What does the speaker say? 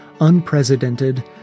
Unprecedented